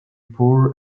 poor